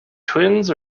twins